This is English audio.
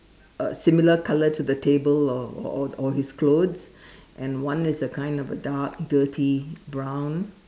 uh similar colour to the table or or or his clothes and one is a kind of a dark dirty brown